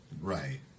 Right